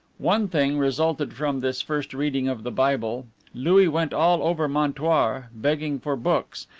one thing resulted from this first reading of the bible louis went all over montoire begging for books,